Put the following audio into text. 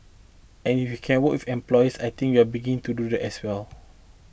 and if we can work with employers I think we're beginning to do that as well